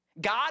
God